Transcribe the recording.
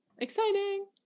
Exciting